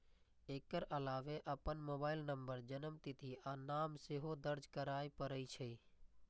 एकर अलावे अपन mobile number, जन्मतिथि आ नाम सेहो दर्ज करय पड़ै छै